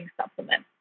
supplement